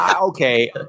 Okay